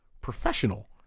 professional